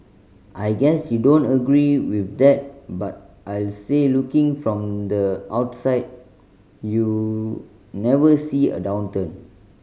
I guess you don't agree with that but I'll say looking from the outside you never see a downturn